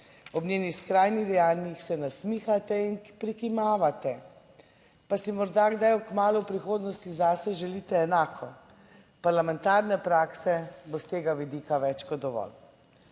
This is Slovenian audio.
Ob njenih skrajnih dejanjih se nasmihate in prikimavate, pa si morda kdaj kmalu v prihodnosti zase želite enako. Parlamentarne prakse bo s tega vidika več kot dovolj.